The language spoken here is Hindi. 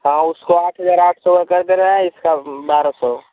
हाँ उसको आठ हज़ार आठ सौ का कर दे रहे हैं इसका बारह सौ